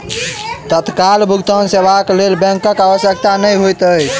तत्काल भुगतान सेवाक लेल बैंकक आवश्यकता नै होइत अछि